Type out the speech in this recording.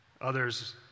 Others